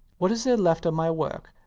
what is there left of my work?